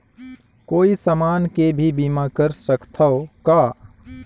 कोई समान के भी बीमा कर सकथव का?